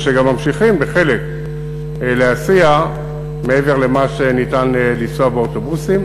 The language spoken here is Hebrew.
ושגם ממשיכים בחלק מהמקרים להסיע מעבר למה שניתן לנסוע באוטובוסים,